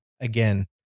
again